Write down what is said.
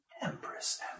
Empress